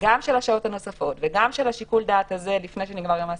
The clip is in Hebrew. גם של השעות הנוספות וגם של שיקול הדעת הזה לפני שנגמר יום העסקים,